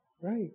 Right